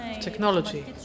technology